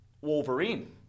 Wolverine